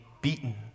beaten